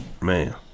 Man